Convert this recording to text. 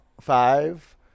Five